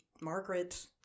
Margaret